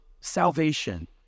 salvation